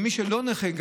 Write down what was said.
מי שלא נכה.